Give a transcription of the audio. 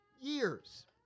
years